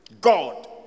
God